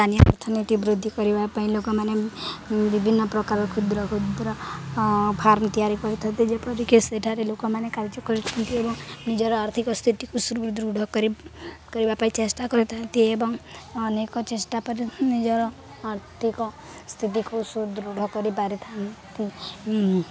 ସ୍ଥାନୀୟ ଅର୍ଥନୀତି ବୃଦ୍ଧି କରିବା ପାଇଁ ଲୋକମାନେ ବିଭିନ୍ନ ପ୍ରକାର କ୍ଷୁଦ୍ର କ୍ଷୁଦ୍ର ଫାର୍ମ ତିଆରି କରିଥାନ୍ତି ଯେପରିକି ସେଠାରେ ଲୋକମାନେ କାର୍ଯ୍ୟ କରିଥାନ୍ତି ଏବଂ ନିଜର ଆର୍ଥିକ ସ୍ଥିତିକୁ ସୁଦୃଢ଼ କରି କରିବା ପାଇଁ ଚେଷ୍ଟା କରିଥାନ୍ତି ଏବଂ ଅନେକ ଚେଷ୍ଟା ନିଜର ଆର୍ଥିକ ସ୍ଥିତିକୁ ସୁଦୃଢ଼ କରିପାରିଥାନ୍ତି